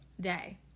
day